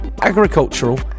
agricultural